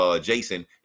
Jason